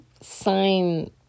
sign